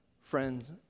friends